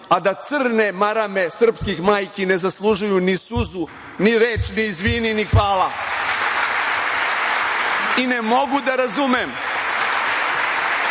a da crne marame srpskih majki ne zaslužuju ni suzu, ni reč, ni izvini, ni hvala. I ne mogu da razumem,